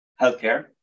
healthcare